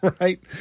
right